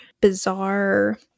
bizarre